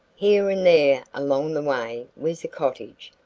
here and there along the way was a cottage,